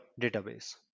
database